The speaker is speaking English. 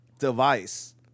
Device